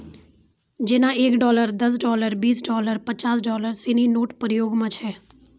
जेना एक डॉलर दस डॉलर बीस डॉलर पचास डॉलर सिनी नोट प्रयोग म छै